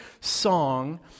song